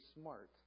smart